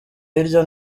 hirya